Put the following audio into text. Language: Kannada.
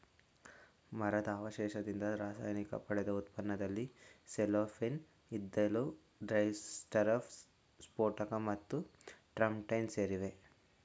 ಮರದ ಅವಶೇಷದಿಂದ ರಾಸಾಯನಿಕವಾಗಿ ಪಡೆದ ಉತ್ಪನ್ನದಲ್ಲಿ ಸೆಲ್ಲೋಫೇನ್ ಇದ್ದಿಲು ಡೈಸ್ಟಫ್ ಸ್ಫೋಟಕ ಮತ್ತು ಟರ್ಪಂಟೈನ್ ಸೇರಿವೆ